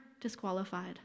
disqualified